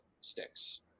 sticks